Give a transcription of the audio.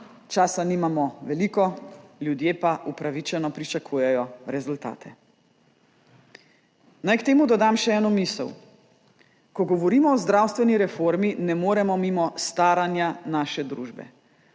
Časa nimamo veliko, ljudje pa upravičeno pričakujejo rezultate. Naj k temu dodam še eno misel. Ko govorimo o zdravstveni reformi, ne moremo mimo staranja naše družbe.